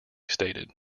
stated